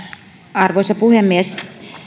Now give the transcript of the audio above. arvoisa puhemies